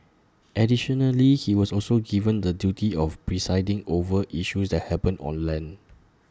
additionally he was also given the duty of presiding over issues that happen on land